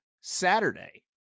Saturday